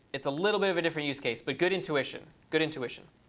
it's a little bit of a different use case. but good intuition, good intuition.